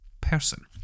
person